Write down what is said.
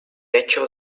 hecho